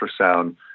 ultrasound